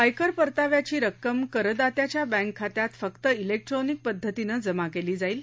आयकर परत्याव्याची रक्कम करदात्याच्या बँक खात्यात फक्त इलेक्ट्रोनिक पद्धतीनं जमा केली जाईल